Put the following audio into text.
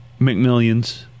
McMillions